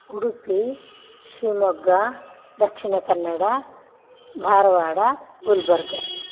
Udupi Shimoga Dakshina Kannada Dharwad गुल्बर्ग